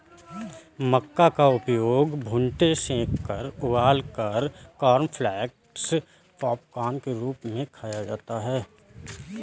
मक्का का उपयोग भुट्टे सेंककर उबालकर कॉर्नफलेक्स पॉपकार्न के रूप में खाया जाता है